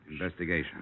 Investigation